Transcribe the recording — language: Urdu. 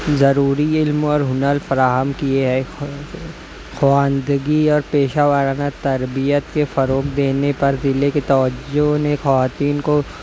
ضروری علم اور ہنر فراہم کیے ہیں خواندگی اور پیشہ وارانہ تربیت کے فروغ دینے پر ضلعے کے توجہ نے خواتین کو